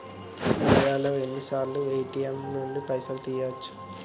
ఒక్క నెలలో ఎన్నిసార్లు ఏ.టి.ఎమ్ నుండి పైసలు తీయచ్చు?